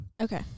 Okay